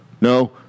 no